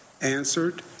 answered